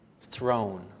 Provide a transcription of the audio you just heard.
throne